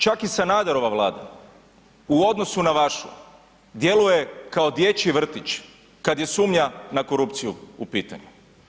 Čak i Sanaderova Vlada u odnosu na vašu djeluje kao dječji vrtić kada je sumnja na korupciju u pitanju.